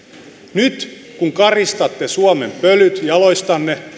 nyt kun karistatte suomen pölyt jaloistanne